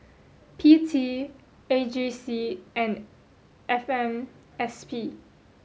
P T A G C and F M S P